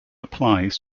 applies